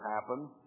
happen